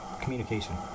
communication